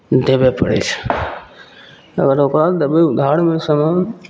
देबे पड़ै छै अगर ओकरा देबै उधारमे सामान